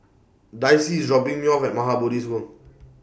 Dicy IS dropping Me off At Maha Bodhi School